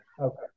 Okay